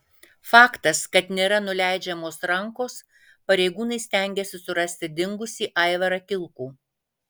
faktas kad nėra nuleidžiamos rankos pareigūnai stengiasi surasti dingusį aivarą kilkų